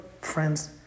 friends